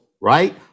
right